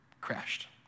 crashed